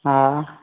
हा